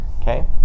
Okay